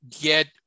get